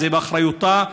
וזה באחריותה.